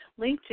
LinkedIn